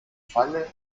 falle